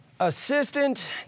Assistant